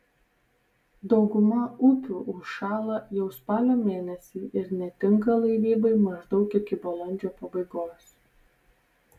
dauguma upių užšąla jau spalio mėnesį ir netinka laivybai maždaug iki balandžio pabaigos